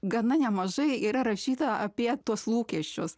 gana nemažai yra rašyta apie tuos lūkesčius